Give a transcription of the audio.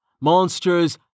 Monsters